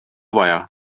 vaja